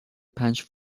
پنج